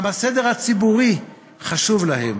וגם הסדר הציבורי חשוב להם.